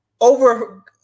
Over